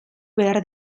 behar